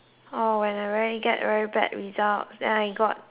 when I very get very bad results then I got almost zero